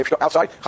outside